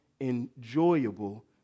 enjoyable